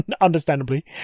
Understandably